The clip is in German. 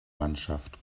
mannschaft